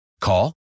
Call